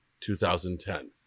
2010